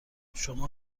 شما